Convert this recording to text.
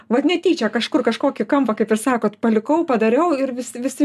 vat netyčia kažkur kažkokį kampą kaip ir sakot palikau padariau ir visi visi